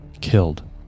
killed